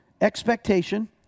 expectation